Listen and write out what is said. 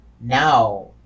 Now